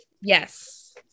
Yes